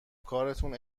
کارتون